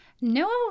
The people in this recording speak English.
no